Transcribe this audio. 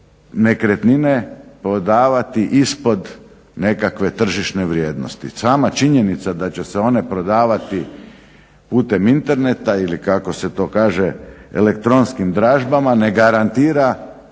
nekretnine prodavati ispod nekakve tržišne vrijednosti. Sama činjenica da će se one prodavati putem interneta ili kako se to kaže elektronskim dražbama ne garantira